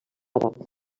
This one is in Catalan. àrab